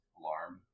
alarm